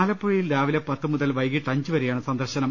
ആലപ്പുഴയിൽ രാവിലെ പത്ത് മുതൽ വൈകീട്ട് അഞ്ച് വരെയാണ് സന്ദർശനം